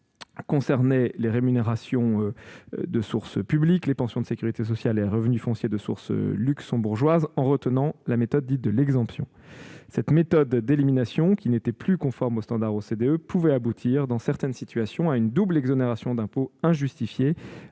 concernait les rémunérations de source publique, pensions de sécurité sociale et revenus fonciers de source luxembourgeoise, en retenant la méthode dite « de l'exemption ». Cette méthode d'élimination, qui n'était plus conforme aux standards de l'OCDE, pouvait aboutir, dans certaines situations, à une double exonération d'impôt injustifiée,